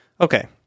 okay